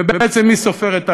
ובעצם מי סופר את האנשים?